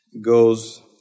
goes